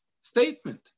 statement